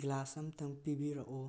glass ꯑꯝꯇꯪ ꯄꯤꯕꯤꯔꯛꯎ